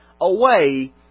away